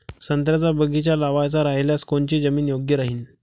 संत्र्याचा बगीचा लावायचा रायल्यास कोनची जमीन योग्य राहीन?